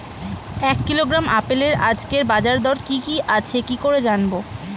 এক কিলোগ্রাম আপেলের আজকের বাজার দর কি কি আছে কি করে জানবো?